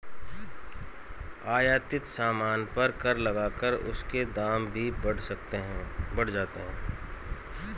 आयातित सामान पर कर लगाकर उसके दाम भी बढ़ जाते हैं